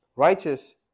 righteous